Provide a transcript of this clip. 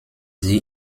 sie